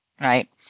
right